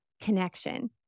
connection